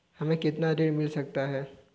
हमें कितना ऋण मिल सकता है?